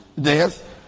death